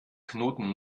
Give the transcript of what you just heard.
knoten